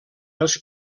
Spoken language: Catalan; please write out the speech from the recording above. els